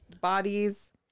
bodies